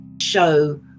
show